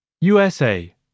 USA